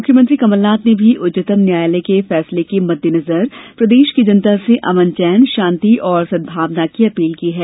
मुख्यमंत्री कमलनाथ ने भी उच्चतम न्यायालय के फैसले के मद्देनजर प्रदेश की जनता से अमन चैन शांति व सद्भावना की अपील की है